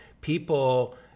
people